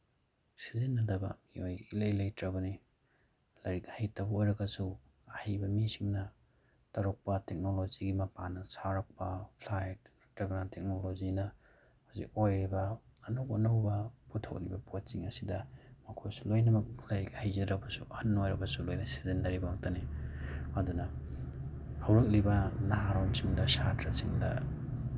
ꯁꯤꯖꯤꯟꯅꯗꯕ ꯃꯤꯑꯣꯏ ꯏꯂꯩ ꯂꯩꯇ꯭ꯔꯕꯅꯤ ꯂꯥꯏꯔꯤꯛ ꯍꯩꯇꯕ ꯑꯣꯏꯔꯒꯁꯨ ꯑꯍꯩꯕ ꯃꯤꯁꯤꯡꯅ ꯇꯧꯔꯛꯄ ꯇꯦꯛꯅꯣꯂꯣꯖꯤꯒꯤ ꯃꯄꯥꯟꯅ ꯁꯥꯔꯛꯄ ꯐ꯭ꯂꯥꯏꯠ ꯅꯠꯇ꯭ꯔꯒꯅ ꯇꯦꯛꯅꯣꯂꯣꯖꯤꯅ ꯍꯧꯖꯤꯛ ꯑꯣꯏꯔꯤꯕ ꯑꯅꯧ ꯑꯅꯧꯕ ꯄꯨꯊꯣꯛꯂꯤꯕ ꯄꯣꯠꯁꯤꯡ ꯑꯁꯤꯗ ꯃꯈꯣꯏꯁꯨ ꯂꯣꯏꯅꯃꯛ ꯂꯥꯏꯔꯤꯛ ꯍꯩꯖꯗ꯭ꯔꯕꯁꯨ ꯑꯍꯟ ꯑꯣꯏꯔꯕꯁꯨ ꯂꯣꯏꯅ ꯁꯤꯖꯤꯟꯅꯔꯤꯕ ꯉꯥꯛꯇꯅꯤ ꯑꯗꯨꯅ ꯍꯧꯔꯛꯂꯤꯕ ꯅꯍꯥꯔꯣꯜꯁꯤꯡꯗ ꯁꯥꯇ꯭ꯔꯁꯤꯡꯗ